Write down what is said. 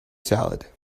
salad